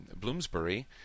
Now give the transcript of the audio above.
Bloomsbury